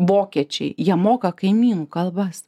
vokiečiai jie moka kaimynų kalbas